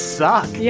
suck